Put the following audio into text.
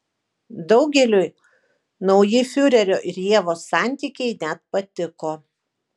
daugeliui nauji fiurerio ir ievos santykiai net patiko